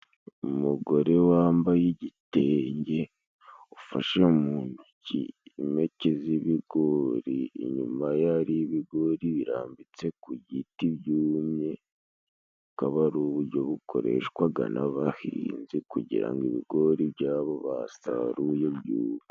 Umugore wambaye igitenge ufashe mu ntoki impeke z'ibigori inyuma ye hari ibigori birambitse ku giti byumye. Akaba ari uburyo bukoreshwaga n'abahinzi kugira ngo ibigori byabo basaruye byumye.